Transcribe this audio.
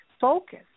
Focus